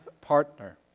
partner